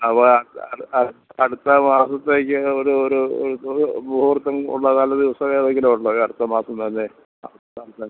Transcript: അപ്പോൾ അത് അടുത്ത മാസത്തേക്ക് ഒരു ഒരു ഒരു മുഹൂർത്തം ഉള്ള നല്ല ദിവസം ഏതെങ്കിലുമ ഉണ്ടോ ഈ അടുത്ത മാസം തന്നെ ആ നല്ല